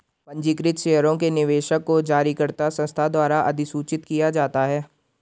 पंजीकृत शेयरों के निवेशक को जारीकर्ता संस्था द्वारा अधिसूचित किया जाता है